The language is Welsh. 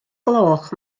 gloch